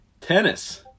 Tennis